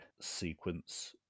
sequence